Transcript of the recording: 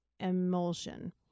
Emulsion